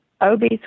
obese